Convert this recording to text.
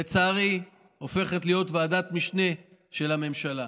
הופכת לצערי להיות ועדת משנה של הממשלה.